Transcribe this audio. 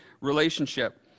relationship